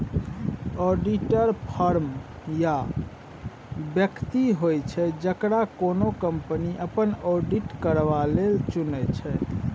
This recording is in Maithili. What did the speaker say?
आडिटर फर्म या बेकती होइ छै जकरा कोनो कंपनी अपन आडिट करबा लेल चुनै छै